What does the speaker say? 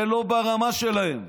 זה לא ברמה שלהם.